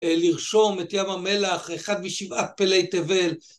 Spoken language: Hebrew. לרשום את ים המלח, 1 משבעת פלאי תבל